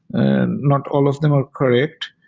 and not all of them are correct.